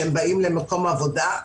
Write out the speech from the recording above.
שהם באים למקום עבודה,